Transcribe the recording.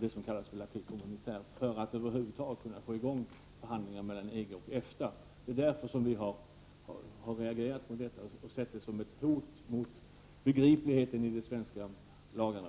det som kallas I'acquis communautaire för att över huvud taget kunna få i gång förhandlingar mellan EG och EFTA. Det är därför vi har reagerat på detta och sett det som ett hot mot begripligheten i de svenska lagarna.